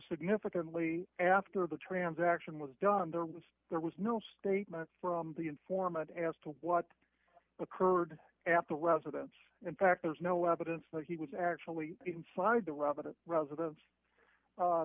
significantly after the transaction was done there was there was no statement from the informant as to what occurred after residence in fact there's no evidence that he was actually inside the rubble to resi